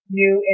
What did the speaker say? new